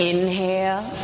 Inhale